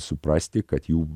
suprasti kad jų